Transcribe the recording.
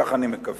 כך אני מקווה,